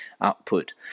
output